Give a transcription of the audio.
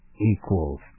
equals